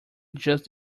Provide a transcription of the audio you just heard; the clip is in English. just